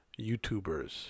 YouTubers